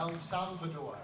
el salvador